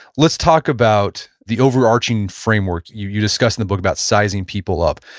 let's talk about the overarching framework you you discussed in the book about sizing people up.